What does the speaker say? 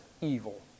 evil